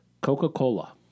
Coca-Cola